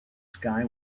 sky